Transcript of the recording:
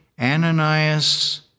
Ananias